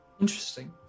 Interesting